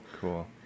Cool